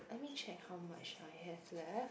let me check how much I have left